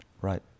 Right